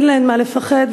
אין להן מה לפחד,